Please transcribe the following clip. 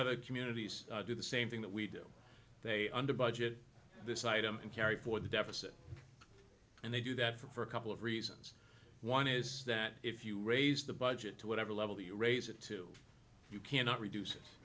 other communities do the same thing that we do they under budget this item and carry for the deficit and they do that for a couple of reasons one is that if you raise the budget to whatever level you raise it to you cannot reduce